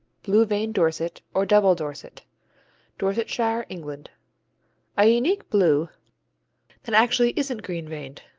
blue-veined dorset, or double dorset dorsetshire, england a unique blue that actually isn't green-veined.